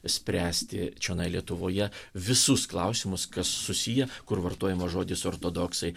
spręsti čionai lietuvoje visus klausimus kas susiję kur vartojamas žodis ortodoksai